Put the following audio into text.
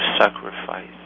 sacrifice